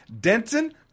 Denton